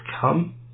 come